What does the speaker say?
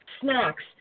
snacks